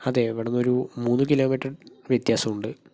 അതെ ഇവിടുന്നൊരു മൂന്ന് കിലോമീറ്റർ വ്യത്യാസമുണ്ട്